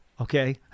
Okay